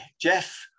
Jeff